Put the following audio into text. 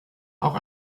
auch